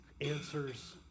answers